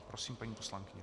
Prosím, paní poslankyně.